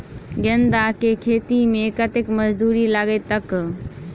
गेंदा केँ खेती मे कतेक मजदूरी लगतैक?